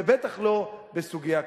ובטח לא בסוגיה כזאת.